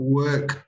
work